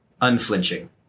Unflinching